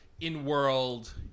in-world